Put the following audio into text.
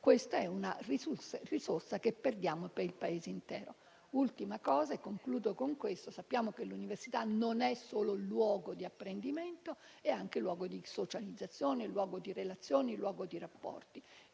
lavoro, è una risorsa che perdiamo per il Paese intero. Ultima cosa e concludo: sappiamo che l'università non è solo un luogo di apprendimento, ma è anche un luogo di socializzazione, di relazioni e rapporti.